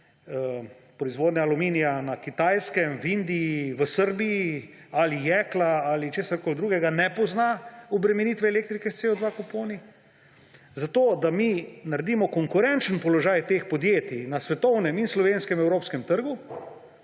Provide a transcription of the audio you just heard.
proizvodnja aluminija na Kitajskem, v Indiji, v Srbiji ali jekla ali česarkoli drugega ne pozna obremenitve elektrike s CO2 kuponi, zato da mi naredimo konkurenčen položaj teh podjetij na svetovnem in slovenskem evropskem trgu,